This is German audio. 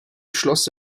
schloss